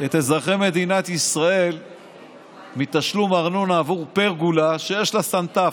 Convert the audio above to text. את אזרחי מדינת ישראל מתשלום ארנונה עבור פרגולה שיש לה סנטף,